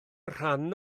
rhan